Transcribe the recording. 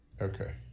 Okay